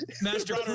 Master